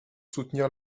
soutenir